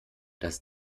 das